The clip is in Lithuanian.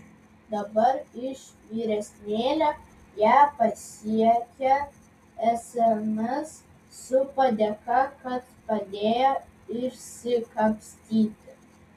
dabar iš vyresnėlio ją pasiekią sms su padėka kad padėjo išsikapstyti